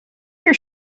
your